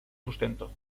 sustento